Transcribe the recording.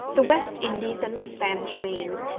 the west indies and the spanish main.